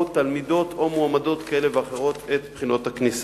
תלמידות או מועמדות כאלה ואחרות את בחינות הכניסה.